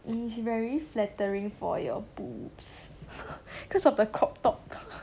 it is very flattering for your boobs cause of the crop top